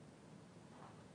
תגידי הכול כי אני רוצה לעזור לך.